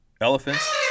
elephants